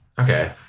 Okay